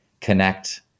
connect